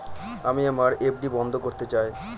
আমি আমার এফ.ডি বন্ধ করতে চাই